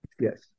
yes